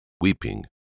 weeping